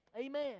Amen